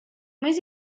més